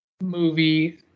movie